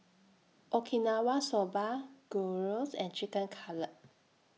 Okinawa Soba Gyros and Chicken Cutlet